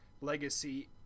legacy